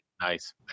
Nice